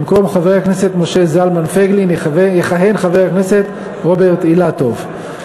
במקום חבר הכנסת משה זלמן פייגלין יכהן חבר הכנסת רוברט אילטוב.